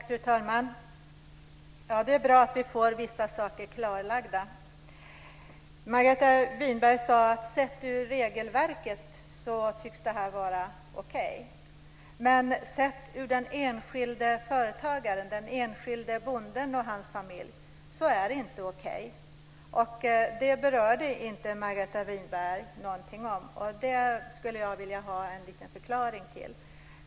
Fru talman! Det är bra att vi får vissa saker klarlagda. Margareta Winberg sade att sett ur regelverkets synvinkel tycks detta vara okej. Men sett ur den enskilde företagarens, den enskilde bondens och hans familjs, synvinkel är detta inte okej. Detta berörde inte Margareta Winberg. Jag skulle vilja ha en förklaring.